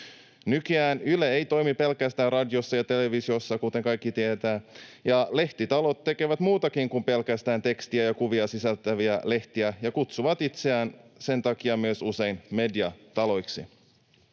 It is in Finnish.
Nykyään Yle ei toimi pelkästään radiossa ja televisiossa, kuten kaikki tietävät, ja lehtitalot tekevät muutakin kuin pelkästään tekstiä ja kuvia sisältäviä lehtiä ja kutsuvat itseään sen takia usein myös mediataloiksi.